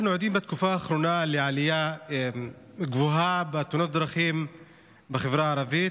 בתקופה האחרונה אנחנו עדים לעלייה גדולה בתאונות הדרכים בחברה הערבית.